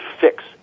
fix